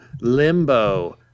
limbo